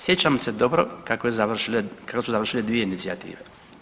Sjećam se dobro kako su završile dvije inicijative.